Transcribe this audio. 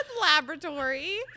laboratory